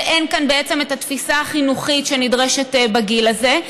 אין כאן בעצם התפיסה החינוכית שנדרשת בגיל הזה.